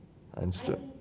understood